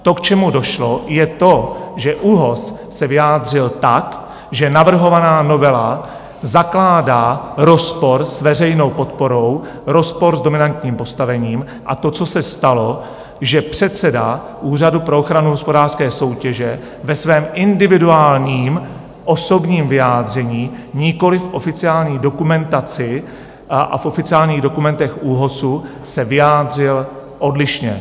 To, k čemu došlo, že ÚOHS se vyjádřil tak, že navrhovaná novela zakládá rozpor s veřejnou podporou, rozpor s dominantním postavením, a to, co se stalo, že předseda Úřadu pro ochranu hospodářské soutěže ve svém individuálním osobním vyjádření, nikoliv v oficiální dokumentaci a v oficiálních dokumentech ÚOHSu, se vyjádřil odlišně.